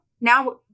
Now